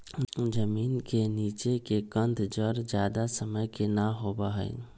जमीन के नीचे के कंद जड़ ज्यादा समय के ना होबा हई